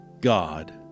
God